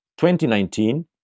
2019